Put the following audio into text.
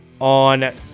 on